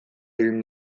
egin